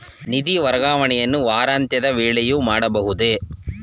ನಿಧಿ ವರ್ಗಾವಣೆಯನ್ನು ವಾರಾಂತ್ಯದ ವೇಳೆಯೂ ಮಾಡಬಹುದೇ?